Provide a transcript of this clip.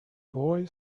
boy